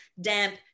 damp